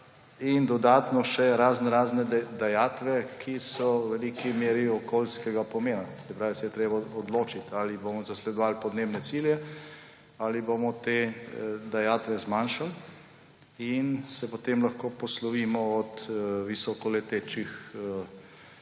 in dodatno še raznorazne dajatve, ki so v veliki meri okoljskega pomena. Se pravi, se je treba odločiti, ali bomo zasledovali podnebne cilje, ali bomo te dajatve zmanjšali; in se potem lahko poslovimo od visokoletečih